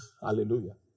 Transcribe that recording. Hallelujah